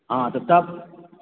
हँ तऽ तब